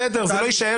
בסדר, זה לא יישאר.